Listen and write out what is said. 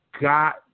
got